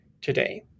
today